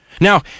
Now